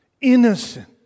innocent